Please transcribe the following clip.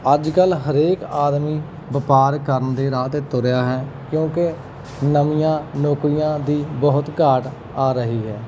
ਅੱਜ ਕੱਲ੍ਹ ਹਰੇਕ ਆਦਮੀ ਵਪਾਰ ਕਰਨ ਦੇ ਰਾਹ 'ਤੇ ਤੁਰਿਆ ਹੈ ਕਿਉਂਕਿ ਨਵੀਆਂ ਨੌਕਰੀਆਂ ਦੀ ਬਹੁਤ ਘਾਟ ਆ ਰਹੀ ਹੈ